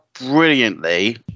brilliantly